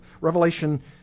Revelation